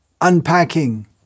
unpacking